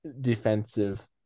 defensive